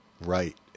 Right